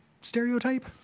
stereotype